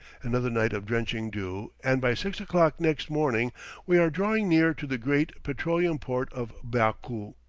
another night of drenching dew, and by six o'clock next morning we are drawing near to the great petroleum port of baku.